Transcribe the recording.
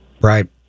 Right